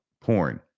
porn